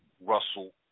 Russell